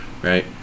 Right